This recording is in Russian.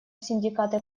синдикаты